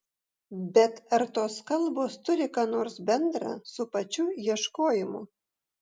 bet ar tos kalbos turi ką nors bendra su pačiu ieškojimu